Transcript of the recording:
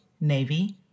Navy